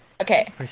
Okay